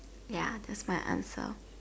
ya that's my answer